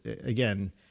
again